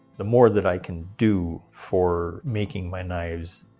the more that i can do for making my knives,